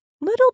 Little